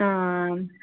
आं